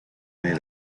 made